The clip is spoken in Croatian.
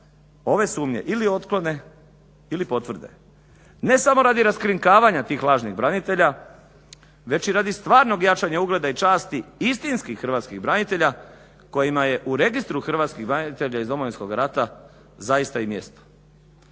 ove sumnje ili otklone ili potvrde. Ne samo radi raskrinkavanja tih lažnih branitelja već i radi stvarnog jačanja ugleda i časti istinskih hrvatskih branitelja kojima je u Registru hrvatskih branitelja iz Domovinskog rata zaista i mjesto.